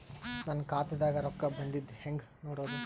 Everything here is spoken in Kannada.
ನನ್ನ ಖಾತಾದಾಗ ರೊಕ್ಕ ಬಂದಿದ್ದ ಹೆಂಗ್ ನೋಡದು?